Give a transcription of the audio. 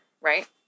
right